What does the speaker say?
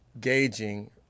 Gauging